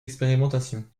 expérimentation